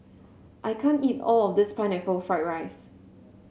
I can't eat all of this Pineapple Fried Rice